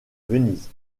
venise